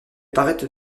paraître